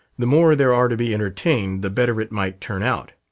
the more there are to be entertained the better it might turn out.